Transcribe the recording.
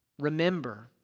Remember